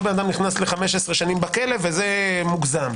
אדם נכנס ל-15 שנים בכלא וזה מוגזם,